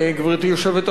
משלמים יותר,